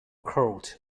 code